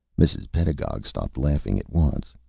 mrs. pedagog stopped laughing at once.